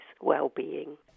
well-being